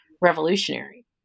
revolutionary